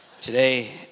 today